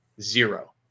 zero